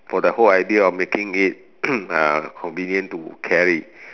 for the whole idea of making it uh convenient to carry